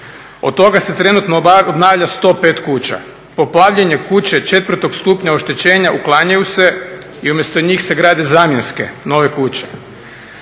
toga se trenutno obnavlja 105 kuća. Poplavljene kuće 4.-tog stupnja oštećenja uklanjaju se i umjesto njih se grade zamjenske, nove kuće.